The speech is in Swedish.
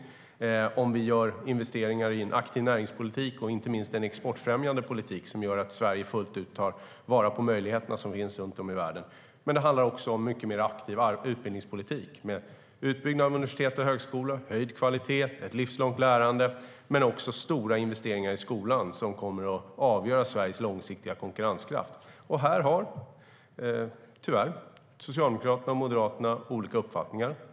Den avgörs av om vi gör investeringar i en aktiv näringspolitik, inte minst en exportfrämjande politik som gör att Sverige fullt ut tar vara på de möjligheter som finns runt om i världen. Men det handlar också om en mycket mer aktiv utbildningspolitik med utbyggnad av universitet och högskolor, höjd kvalitet, ett livslångt lärande och stora investeringar i skolan. Detta kommer att avgöra Sveriges långsiktiga konkurrenskraft. Här har tyvärr Socialdemokraterna och Moderaterna olika uppfattningar.